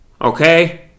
Okay